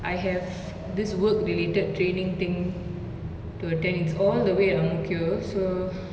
I have this work related training thing to attend it's all the way at ang mo kio so